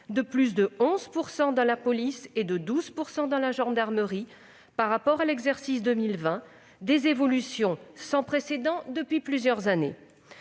de plus de 11 % dans la police et de 12 % dans la gendarmerie par rapport à l'exercice 2020. Il s'agit d'évolutions sans précédent depuis plusieurs années.